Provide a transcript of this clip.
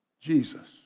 Jesus